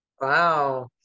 Wow